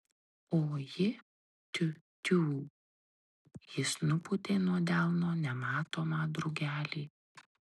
o ji tiu tiū jis nupūtė nuo delno nematomą drugelį